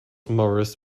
morris